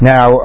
Now